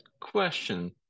question